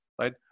Right